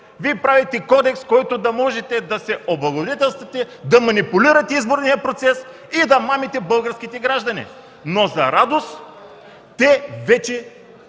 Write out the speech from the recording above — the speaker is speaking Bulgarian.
Вие правите Кодекс, от който да можете да се облагодетелствате, да манипулирате изборния процес и да мамите българските граждани, но за радост те вече